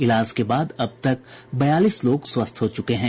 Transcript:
इलाज के बाद अब तक बयालीस लोग स्वस्थ हो चुके हैं